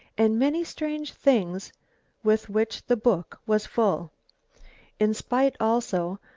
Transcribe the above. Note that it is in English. and many strange things with which the book was full in spite, also,